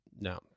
No